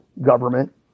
government